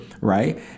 right